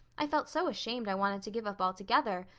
i felt so ashamed i wanted to give up altogether,